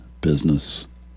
business